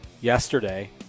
yesterday